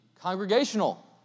congregational